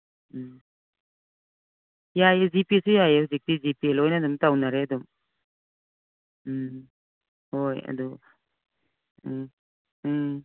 ꯎꯝ ꯌꯥꯏꯌꯦ ꯖꯤꯄꯦꯁꯨ ꯌꯥꯏꯌꯦ ꯍꯧꯖꯤꯛꯇꯤ ꯖꯤꯄꯦ ꯂꯣꯏꯅ ꯑꯗꯨꯝ ꯇꯧꯅꯔꯦ ꯑꯗꯨꯝ ꯎꯝ ꯍꯣꯏ ꯑꯗꯨ ꯎꯝ ꯎꯝ